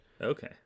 Okay